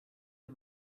her